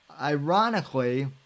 Ironically